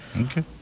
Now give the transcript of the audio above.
Okay